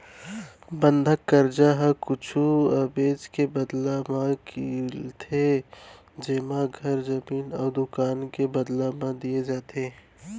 बंधक करजा ह कुछु अबेज के बदला म मिलथे जेमा घर, जमीन अउ दुकान के बदला म दिये जाथे